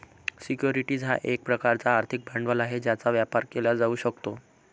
securities हा एक प्रकारचा आर्थिक भांडवल आहे ज्याचा व्यापार केला जाऊ शकतो